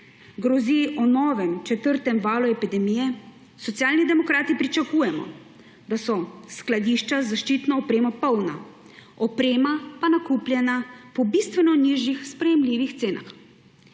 grozi o novem četrtem valu epidemije, Socialni demokrati pričakujemo, da so skladišča z zaščitno opremo polna, oprema pa nakupljena po bistveno nižjih, sprejemljivih cenah.